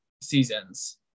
seasons